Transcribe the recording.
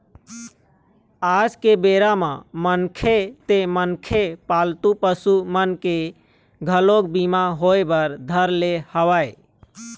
आज के बेरा म मनखे ते मनखे पालतू पसु मन के घलोक बीमा होय बर धर ले हवय